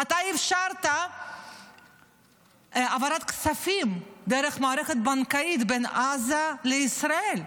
אתה אפשרת העברת כספים דרך מערכת בנקאית בין עזה לישראל.